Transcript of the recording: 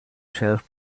shelf